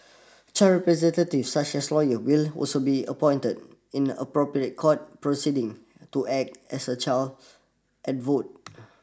child representatives such as lawyers will also be appointed in appropriate court proceedings to act as a child advocate